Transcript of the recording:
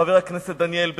חבר הכנסת דניאל בן-סימון.